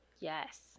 Yes